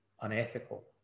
unethical